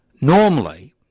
Normally